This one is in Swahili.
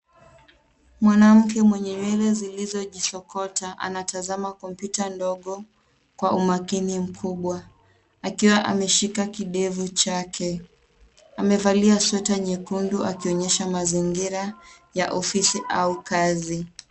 Mwanamke mwenye nywele zilizojisokota anatazama kompyuta ndogo kwa umakini mkubwa, akiwa ameshika kindevu chake. Amevalia sweta nyekundu akionyesha mazingira ya ofisi au kazi.